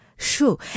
Sure